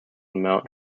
mount